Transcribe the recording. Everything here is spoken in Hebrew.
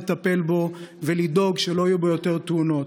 לטפל בו ולדאוג שלא יהיו בו יותר תאונות.